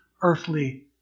earthly